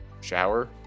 shower